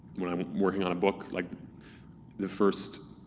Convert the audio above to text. when i'm working on a book, like the first